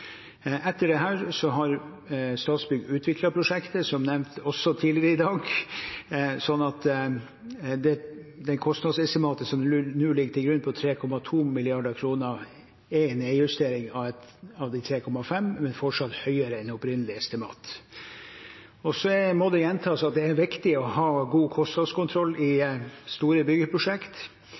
har Statsbygg utviklet prosjektet, også som nevnt tidligere i dag, så det kostnadsestimatet som nå ligger til grunn, ca. 3,2 mrd. kr, er en nedjustering av de 3,5, men fortsatt høyere enn opprinnelig estimat. Det må gjentas at det er viktig å ha god kostnadskontroll i store